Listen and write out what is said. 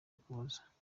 ukuboza